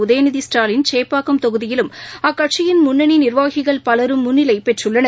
உதயநிதி ஸ்டாலின் சேப்பாக்கம் தொகுதியிலும் அக்கட்சியின் முன்னணி நிர்வாகிகள் பலரும் முன்னிலை பெற்றுள்ளனர்